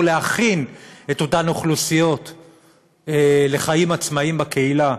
להכין את אותן אוכלוסיות לחיים עצמאיים בקהילה,